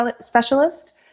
specialist